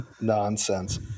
nonsense